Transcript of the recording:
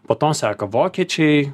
po to seka vokiečiai